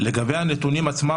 לגבי הנתונים עצמם,